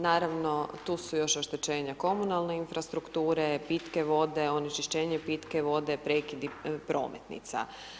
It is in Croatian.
Naravno, tu su još oštećenja komunalne infrastrukture, pitke vode, onečišćenje pitke vode, prekidi prometnica.